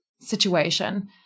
situation